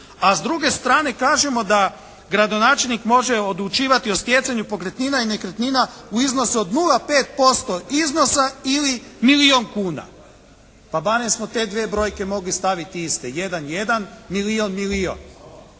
a s druge strane kažemo da gradonačelnik može odlučivati o stjecanju pokretnina i nekretnina u iznosu od 0,5% iznosa ili milijun kuna. Pa barem smo te dvije brojke mogli staviti iste. 1, 1, milijun, milijun.